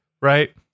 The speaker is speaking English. right